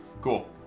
Cool